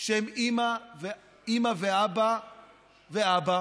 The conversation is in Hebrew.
של אימא ואבא ואבא